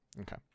Okay